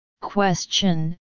Question